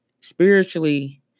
spiritually